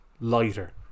lighter